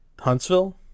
Huntsville